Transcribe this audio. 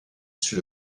suit